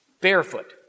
barefoot